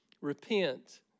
Repent